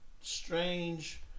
strange